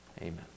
Amen